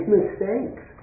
mistakes